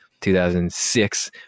2006